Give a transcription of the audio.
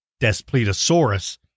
Despletosaurus